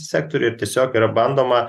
sektoriui ir tiesiog yra bandoma